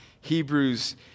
Hebrews